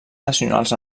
nacionals